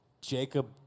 Jacob